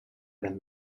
than